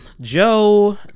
Joe